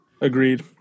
Agreed